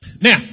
now